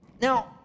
Now